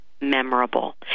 memorable